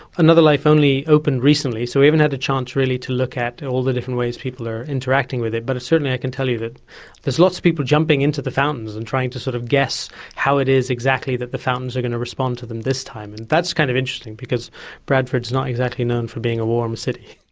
another life only opened recently, so we haven't had the chance really to look at all the different ways people are interacting with it, but certainly i can tell you that there are lots of people jumping into the fountains and trying to sort of guess how it is exactly that the fountains are going to respond to them this time. and that's kind of interesting, because bradford not exactly known for being a warm city.